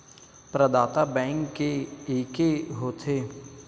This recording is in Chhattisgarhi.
प्रदाता बैंक के एके होथे?